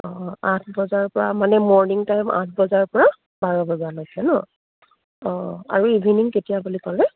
অঁ আঠ বজাৰ পৰা মানে মৰ্ণনিং টাইম আঠ বজাৰ পৰা বাৰ বজালৈকে নহ্ অঁ আৰু ইভিনিং কেতিয়া বুলি ক'লে